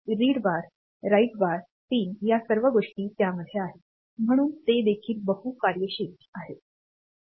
read bar write bar pin या सर्व गोष्टी त्यामध्ये आहेत म्हणून ते देखील बहु कार्यशील आहेत